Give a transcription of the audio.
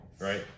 right